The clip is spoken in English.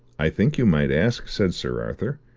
i think you might ask, said sir arthur.